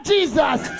Jesus